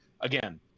again